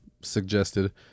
suggested